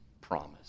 promise